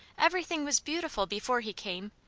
everything was beautiful, before he came.